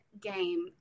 game